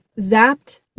zapped